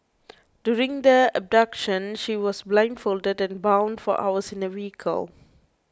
during the abduction she was blindfolded and bound for hours in a vehicle